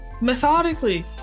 methodically